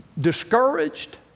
discouraged